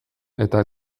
eta